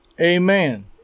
amen